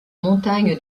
montagnes